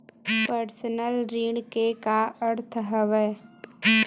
Personal ऋण के का अर्थ हवय?